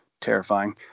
terrifying